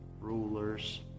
rulers